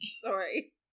Sorry